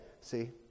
See